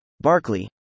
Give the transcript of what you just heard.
Barclay